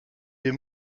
des